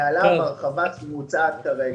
ועליו ההרחבה שמוצעת כרגע.